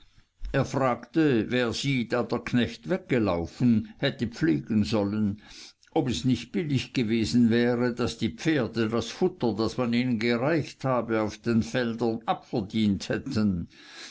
er fragte wer sie da der knecht weggelaufen hätte pflegen sollen ob es nicht billig gewesen wäre daß die pferde das futter das man ihnen gereicht habe auf den feldern abverdient hätten